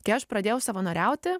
kai aš pradėjau savanoriauti